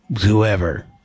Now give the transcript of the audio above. Whoever